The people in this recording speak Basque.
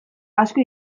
asko